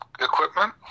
equipment